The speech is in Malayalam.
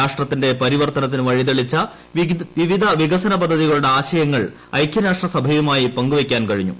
രാഷ്ട്രത്തിന്റെ പരിവർത്തനത്തിനു വഴിതെളിച്ച വിവിധ വികസനപദ്ധതികളുടെ ആശയങ്ങൾ ഐക്യരാഷ്ട്രസഭയുമായി പങ്കുവയ്ക്കാൻ കഴിഞ്ഞു